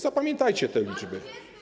Zapamiętajcie te liczby.